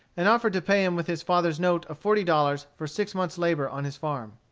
and offered to pay him with his father's note of forty dollars for six months' labor on his farm.